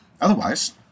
Otherwise